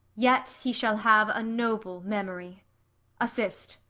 yet he shall have a noble memory assist.